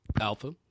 Alpha